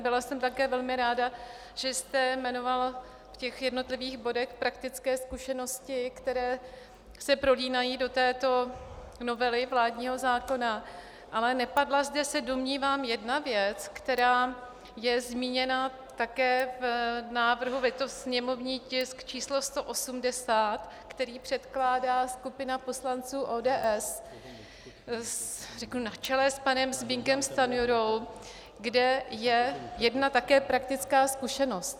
Byla jsem také velmi ráda, že jste jmenoval v těch jednotlivých bodech praktické zkušenosti, které se prolínají do této novely vládního zákona, ale nepadla zde, se domnívám, jedna věc, která je zmíněna také v návrhu je to sněmovní tisk číslo 180, který předkládá skupina poslanců ODS, řeknu, na čele s panem Zbyňkem Stanjurou, kde je také jedna praktická zkušenost.